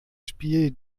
spiel